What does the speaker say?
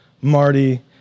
Marty